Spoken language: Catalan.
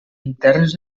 interns